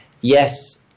Yes